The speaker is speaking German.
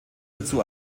dazu